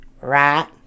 Right